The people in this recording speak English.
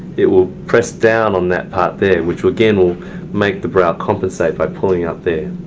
it will press down on that part there, which will again, will make the brow compensate by pulling up there.